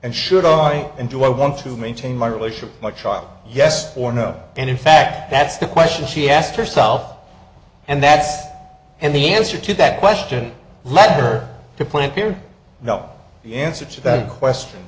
and should i and do i want to maintain my relationship with my child yes or no and in fact that's the question she asked herself and that and the answer to that question letter to plant here you know the answer to that question